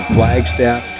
Flagstaff